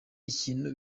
ikindi